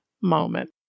moment